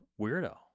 weirdo